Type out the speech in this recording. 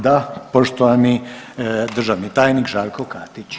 Da, poštovani državni tajnik Žarko Katić.